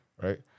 Right